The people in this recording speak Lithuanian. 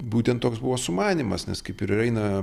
būtent toks buvo sumanymas nes kaip ir eina